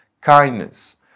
kindness